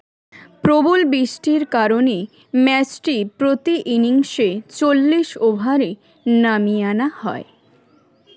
প্রবল বৃষ্টির কারণে ম্যাচটি প্রতি ইনিংসে চল্লিশ ওভারে নামিয়ে আনা হয়